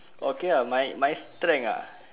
okay ah my my strength uh